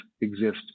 exist